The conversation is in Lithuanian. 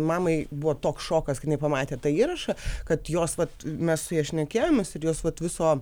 mamai buvo toks šokas kai jinai pamatė tą įrašą kad jos vat mes su ja šnekėjomės ir jos vat viso